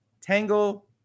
Tangle